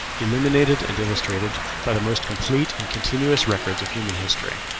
illuminated and illustrated by the most complete and continuous records of human history,